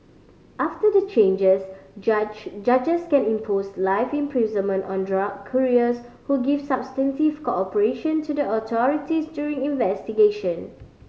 after the changes judge judges can impose life imprisonment on drug couriers who give substantive cooperation to the authorities during investigation